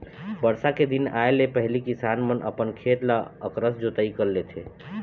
बरसा के दिन आए ले पहिली किसान मन अपन खेत ल अकरस जोतई कर लेथे